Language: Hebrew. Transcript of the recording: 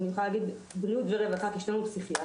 אני יכולה להגיד בריאות ורווחה כי שנינו פסיכיאטרים,